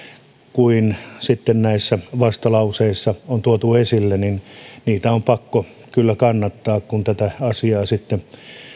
kuin mitä näissä vastalauseissa on tuotu esille niitä on pakko kyllä kannattaa kun tätä asiaa sitten